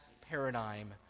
paradigm